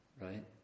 Right